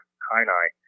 Kainai